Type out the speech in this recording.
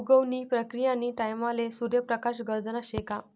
उगवण नी प्रक्रीयानी टाईमले सूर्य प्रकाश गरजना शे का